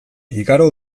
igaro